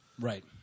Right